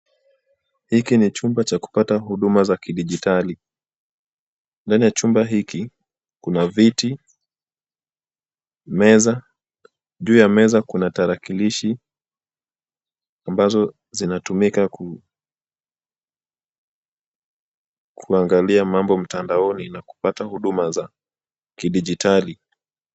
Hiki ni chumba cha kupata huduma za kidijitali, ndani ya chumba hiki, kuna viti, meza, juu ya meza kuna tarakilishi, ambazo zinatumika ku- kuangalia mambo mtandaoni na kupata huduma za kidijitali.